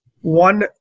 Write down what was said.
One